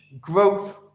growth